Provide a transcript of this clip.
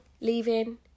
leaving